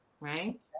Right